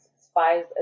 spies